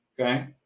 Okay